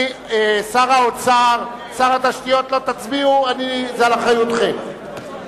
שר האוצר ושר התשתיות, לא תצביעו, זה על אחריותכם.